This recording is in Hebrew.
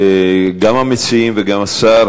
גם המציעים וגם השר,